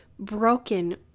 broken